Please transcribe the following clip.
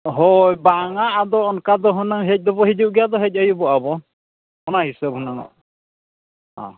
ᱦᱳᱭ ᱵᱟᱝᱼᱟ ᱟᱫᱚ ᱚᱱᱠᱟ ᱫᱳ ᱦᱩᱱᱟᱹᱝ ᱦᱮᱡ ᱫᱚᱵᱚ ᱦᱤᱡᱩᱜ ᱜᱮᱭᱟ ᱟᱫᱚ ᱦᱮᱡ ᱟᱹᱭᱩᱵᱚᱜᱼᱟ ᱵᱚ ᱚᱱᱟ ᱦᱤᱥᱟᱹᱵᱽ ᱦᱩᱱᱟᱹᱝ ᱚ